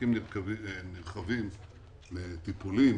חלקים נרחבים מטיפולים,